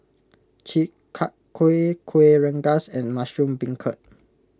Chi Kak Kuih Kuih Rengas and Mushroom Beancurd